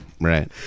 right